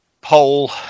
poll